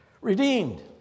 redeemed